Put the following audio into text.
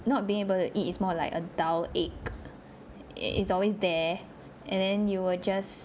not being able to eat is more like a dull ache it's always there and then you will just